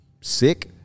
sick